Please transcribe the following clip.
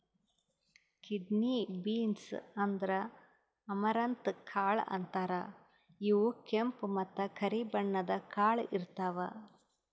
kidney beans ಅಂದ್ರ amaranth ಕಾಳ್ ಅಂತಾರ್ ಇವ್ ಕೆಂಪ್ ಮತ್ತ್ ಕರಿ ಬಣ್ಣದ್ ಕಾಳ್ ಇರ್ತವ್